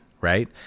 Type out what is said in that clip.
Right